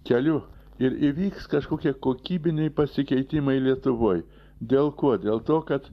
keliu ir įvyks kažkokie kokybiniai pasikeitimai lietuvoj dėl ko dėl to kad